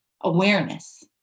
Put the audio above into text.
awareness